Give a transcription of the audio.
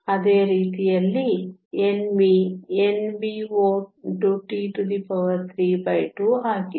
ಅದೇ ರೀತಿಯಲ್ಲಿ Nv Nvo T32 ಆಗಿದೆ